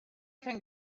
can